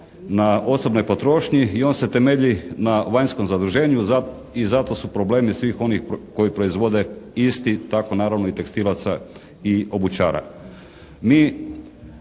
na osobnoj potrošnji i on se temelji na vanjskom zaduženju i zato su problemi svih onih koji proizvode isti, tako naravno i tekstilaca i obućara.